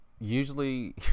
usually